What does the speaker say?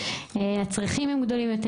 הצרכים גדולים יותר.